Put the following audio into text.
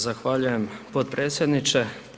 Zahvaljujem potpredsjedniče.